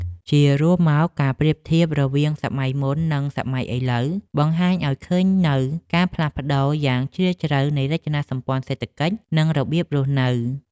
ជារួមមក ការប្រៀបធៀបរវាងសម័យមុន និងសម័យឥឡូវ បង្ហាញឱ្យឃើញនូវការផ្លាស់ប្តូរយ៉ាងជ្រាលជ្រៅនៃរចនាសម្ព័ន្ធសេដ្ឋកិច្ច និងរបៀបរស់នៅ។